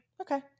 Okay